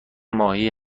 ماهی